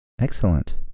excellent